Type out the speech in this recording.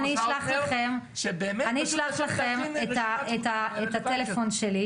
אני אשלח לכם את הטלפון שלי,